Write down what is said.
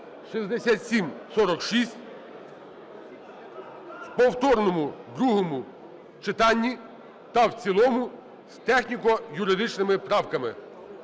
6746) в повторному другому читанні та в цілому з техніко-юридичними правками.